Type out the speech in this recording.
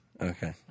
Okay